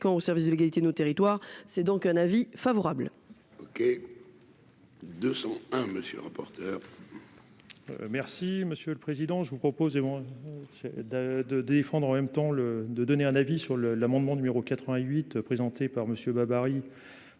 au service de l'égalité nos territoires, c'est donc un avis favorable.